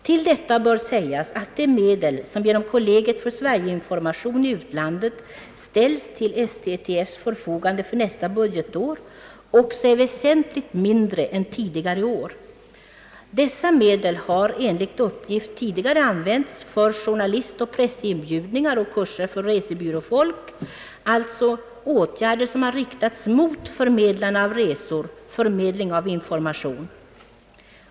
Till detta bör sägas att de medel som genom Kollegiet för Sverigeinformation i utlandet ställs till STTF:s förfogande för nästa budgetår också är väsentligt mindre än tidigare år. Dessa medel har enligt uppgift tidigare använts för pressinbjudningar, kurser för resebyråfolk etc., allt åtgärder som riktats mot förmedlarna av resor och förmedling av information.